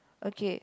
okay